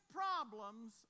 problems